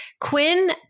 Quinn